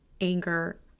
anger